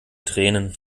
tränen